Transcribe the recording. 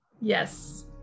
Yes